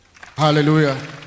Hallelujah